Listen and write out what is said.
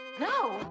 No